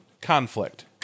conflict